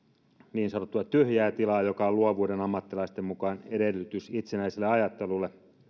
tyhjää tilaa joka on luovuuden ammattilaisten mukaan edellytys itsenäiselle ajattelulle